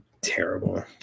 terrible